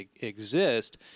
exist